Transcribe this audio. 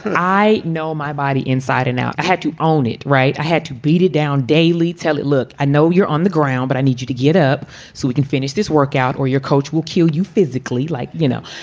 and i know my body inside and out. i had to own it. right. i had to beat it down daily. tell it. look, i know you're on the ground, but i need you to get up so we can finish this workout or your coach will kill you physically, like you know.